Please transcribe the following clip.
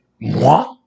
moi